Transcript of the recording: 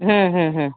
હમ હમ હમ